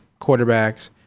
quarterbacks